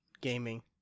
gaming